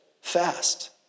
fast